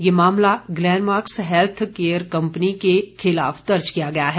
यह मामला Glenmark health care company के खिलाफ दर्ज किया गया है